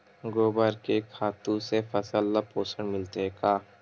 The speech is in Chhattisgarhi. गोबर के खातु से फसल ल पोषण मिलथे का?